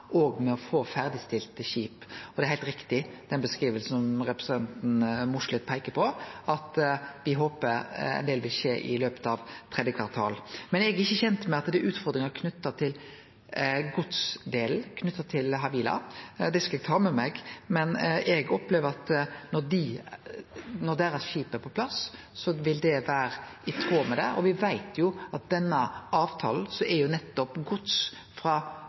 og med å få ferdigstilt skip. Det er heilt riktig som representanten Mossleth peiker på, at me håper ein del vil skje i løpet av tredje kvartal. Men eg er ikkje kjend med at det er utfordringar knytte til godsdelen når det gjeld Havila. Det skal eg ta med meg, men eg opplever at når deira skip er på plass, vil det vere i tråd med avtalen. Me veit at nettopp gods frå Tromsø og nordover er ein veldig viktig del av avtalen. Replikkordskiftet er